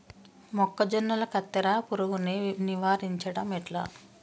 మొక్కజొన్నల కత్తెర పురుగుని నివారించడం ఎట్లా?